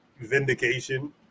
vindication